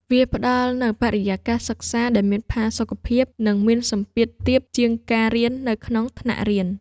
វាផ្ដល់នូវបរិយាកាសសិក្សាដែលមានផាសុកភាព និងមានសម្ពាធទាបជាងការរៀននៅក្នុងថ្នាក់រៀន។